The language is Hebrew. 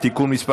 (תיקון מס'